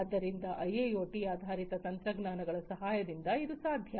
ಆದ್ದರಿಂದ ಐಐಒಟಿ ಆಧಾರಿತ ತಂತ್ರಜ್ಞಾನಗಳ ಸಹಾಯದಿಂದ ಇದು ಸಾಧ್ಯ